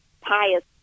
pious